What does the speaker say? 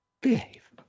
Behave